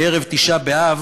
בערב תשעה באב